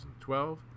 2012